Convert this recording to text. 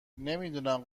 نمیدونم